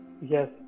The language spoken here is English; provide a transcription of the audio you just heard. Yes